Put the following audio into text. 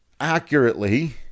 accurately